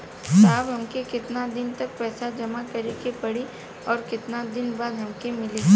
साहब हमके कितना दिन तक पैसा जमा करे के पड़ी और कितना दिन बाद हमके मिली?